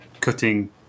cutting